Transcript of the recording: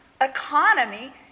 economy